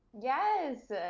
Yes